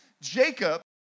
Jacob